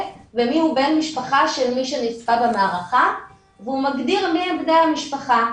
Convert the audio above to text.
ומי הוא בן משפחה של מי שנספה במערכה והוא מגדיר מי הם בני המשפחה.